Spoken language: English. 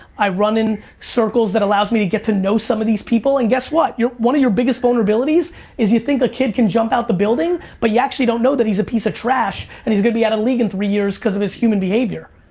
i run in circles that allows me to get to know some of these people and guess what? one of your biggest vulnerabilities is you think a kid can jump out the building but you actually don't know that he's a piece of trash and he's gonna be out of the league in three years cause of his human behavior.